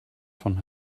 von